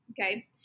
okay